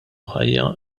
ħajja